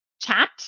chat